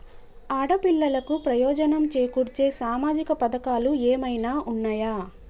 ఆడపిల్లలకు ప్రయోజనం చేకూర్చే సామాజిక పథకాలు ఏమైనా ఉన్నయా?